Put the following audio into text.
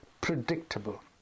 predictable